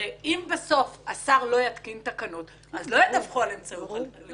הרי אם בסוף השר לא יתקין תקנות אז לא ידווחו על אמצעי חלופי.